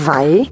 Vai